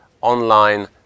online